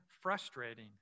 frustrating